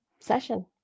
session